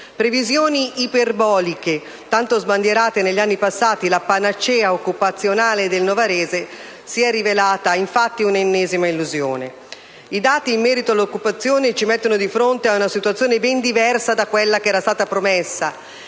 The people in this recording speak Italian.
previsioni iperboliche tanto sbandierate negli anni passati (la «panacea occupazionale» del novarese) si sono rivelate infatti un'ennesima illusione. I dati in merito all'occupazione ci mettono di fronte ad una situazione ben diversa da quella che era stata promessa